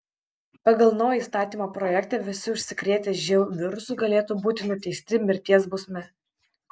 pagal naują įstatymo projektą visi užsikrėtę živ virusu galėtų būti nuteisti mirties bausme